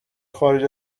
خارج